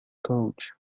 coach